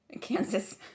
Kansas